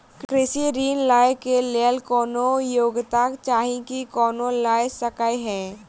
कृषि ऋण लय केँ लेल कोनों योग्यता चाहि की कोनो लय सकै है?